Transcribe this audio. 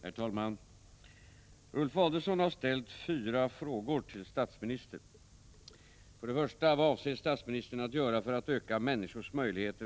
Herr talman! Ulf Adelsohn har ställt fyra frågor till statsministern: 3.